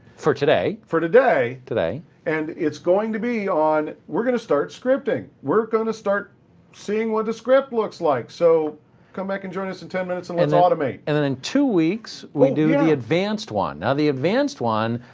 for today. for today. and it's going to be on. we're going to start scripting. we're going to start seeing what the script looks like. so come back and join us in ten minutes, and let's automate. and and in two weeks, we do the the advanced one. now, the advanced one,